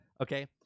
Okay